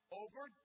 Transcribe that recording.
over